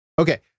Okay